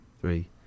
three